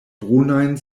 brunajn